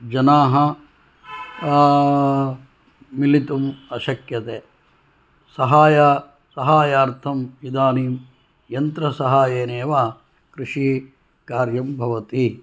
जनाः मिलितुम् अशक्यते सहाय सहायार्थम् इदानीं यन्त्रसहायेनैव कृषिकार्यं भवति